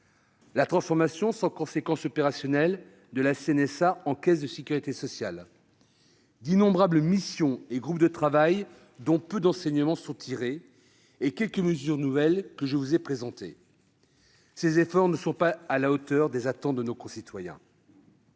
La transformation, sans conséquences opérationnelles, de la CNSA en caisse de sécurité sociale, d'innombrables missions et groupes de travail dont peu d'enseignements sont tirés et quelques mesures nouvelles que je vous ai présentées. Ces efforts ne sont pas à la hauteur des attentes de nos concitoyens.